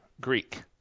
Greek